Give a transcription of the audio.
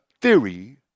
theory